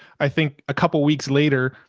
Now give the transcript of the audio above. i think a couple of weeks later,